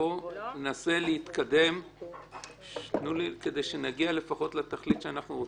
בואו ננסה להתקדם כדי שנגיע לפחות לתכלית שאנחנו רוצים.